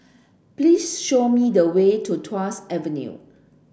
please show me the way to Tuas Avenue